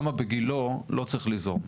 למה בגילה לא צריך ליזום?